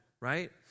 right